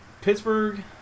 Pittsburgh